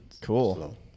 Cool